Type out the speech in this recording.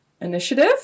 initiative